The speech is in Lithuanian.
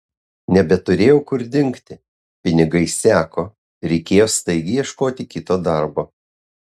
nebeturėjau kur dingti pinigai seko reikėjo staigiai ieškoti kito darbo